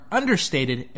understated